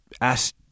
ask